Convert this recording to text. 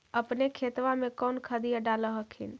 अपने खेतबा मे कौन खदिया डाल हखिन?